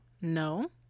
no